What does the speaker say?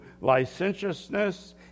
licentiousness